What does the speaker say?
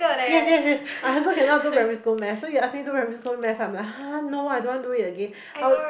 yes yes yes I also cannot do primary school maths so you ask me do primary school maths I'm like !huh! no I don't want do it again I